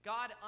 God